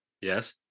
Yes